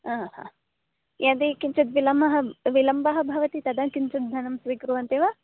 हा हा यदि किञ्चित् विलम्बः विलम्बः भवति तदा किञ्चित् धनं स्वीकुर्वन्ति वा